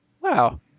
wow